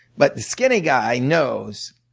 but the skinny guy knows